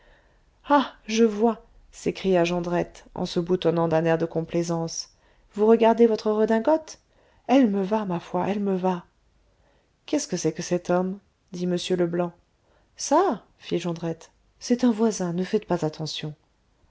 ah je vois s'écria jondrette en se boutonnant d'un air de complaisance vous regardez votre redingote elle me va ma foi elle me va qu'est-ce que c'est que cet homme dit m leblanc ça fit jondrette c'est un voisin ne faites pas attention